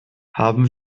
haben